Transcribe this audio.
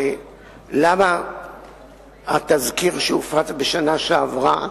על התזכיר שהופץ בשנה שעברה,